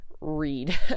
read